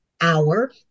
hour